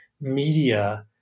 media